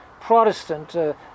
Protestant